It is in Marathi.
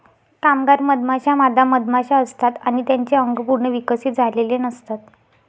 कामगार मधमाश्या मादा मधमाशा असतात आणि त्यांचे अंग पूर्ण विकसित झालेले नसतात